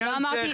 אני לא אמרתי.